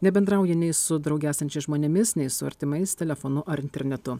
nebendrauja nei su drauge esančiais žmonėmis nei su artimais telefonu ar internetu